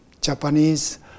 Japanese